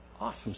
awesome